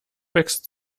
wächst